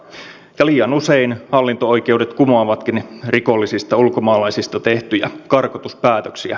ja liian usein hallinto oikeudet kumoavatkin rikollisista ulkomaalaisista tehtyjä karkotuspäätöksiä